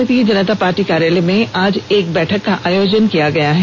भारतीय जनता पार्टी कार्यालय में आज एक बैठक का आयोजन किया गया है